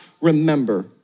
remember